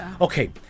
Okay